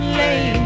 lay